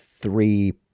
Three